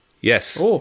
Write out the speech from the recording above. Yes